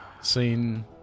seen